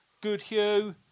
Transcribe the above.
Goodhue